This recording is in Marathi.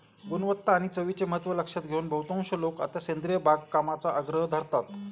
गुणवत्ता आणि चवीचे महत्त्व लक्षात घेऊन बहुतांश लोक आता सेंद्रिय बागकामाचा आग्रह धरतात